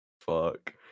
Fuck